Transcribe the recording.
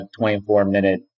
24-minute